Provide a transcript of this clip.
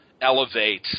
elevate